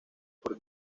por